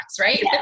right